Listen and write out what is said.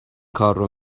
کارو